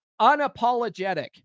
Unapologetic